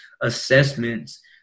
assessments